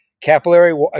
capillary